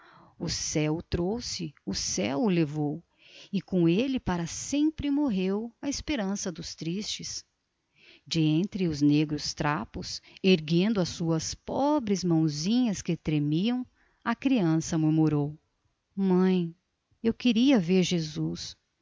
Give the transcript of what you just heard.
céu o trouxe o céu o levou e com ele para sempre morreu a esperança dos tristes de entre os negros trapos erguendo as suas pobres mãozinhas que tremiam a criança murmurou mãe eu queria ver jesus